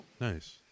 Nice